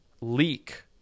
leak